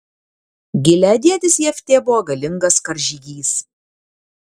gileadietis jeftė buvo galingas karžygys